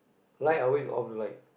light always off the light